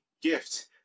gift